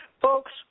folks